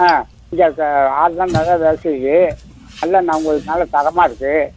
ஆ இங்கே க ஆளெலாம் நிறையா வேலை செய்து நல்லா நான் உங்களுக்கு நல்லா தரமாக இருக்குது